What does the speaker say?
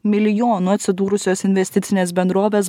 milijonų atsidūrusios investicinės bendrovės